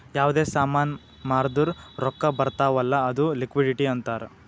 ಯಾವ್ದೇ ಸಾಮಾನ್ ಮಾರ್ದುರ್ ರೊಕ್ಕಾ ಬರ್ತಾವ್ ಅಲ್ಲ ಅದು ಲಿಕ್ವಿಡಿಟಿ ಅಂತಾರ್